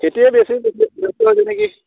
বেছি ব্যস্ত হৈছে নেকি